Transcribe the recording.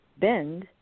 bend